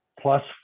Plus